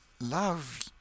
love